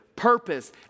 purpose